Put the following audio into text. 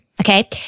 Okay